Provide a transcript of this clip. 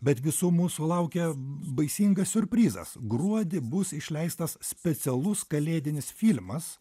bet visų mūsų laukia baisingas siurprizas gruodį bus išleistas specialus kalėdinis filmas